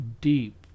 deep